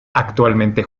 actualmente